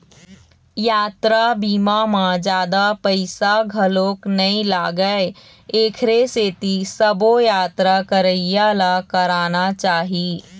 यातरा बीमा म जादा पइसा घलोक नइ लागय एखरे सेती सबो यातरा करइया ल कराना चाही